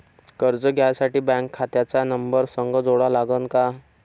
कर्ज घ्यासाठी बँक खात्याचा नंबर संग जोडा लागन का?